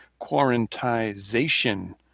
quarantization